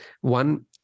One